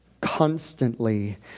constantly